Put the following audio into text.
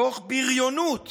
תוך בריונות